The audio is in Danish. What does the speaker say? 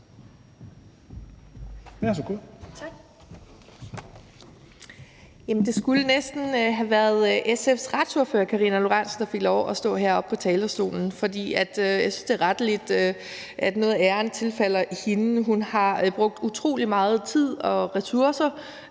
Det skulle næsten have været SF's retsordfører, Karina Lorentzen Dehnhardt, der fik lov at stå heroppe på talerstolen, for jeg synes, at noget af æren rettelig tilfalder hende. Hun har brugt utrolig meget tid og ressourcer